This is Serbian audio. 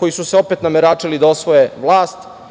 koji su se opet nameračili da osvoje vlast,